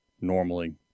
normally